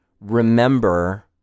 remember